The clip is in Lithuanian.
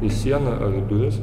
į sieną ar į duris